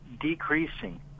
decreasing